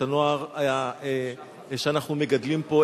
את הנוער שאנחנו מגדלים פה,